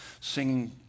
singing